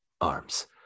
arms